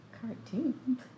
Cartoon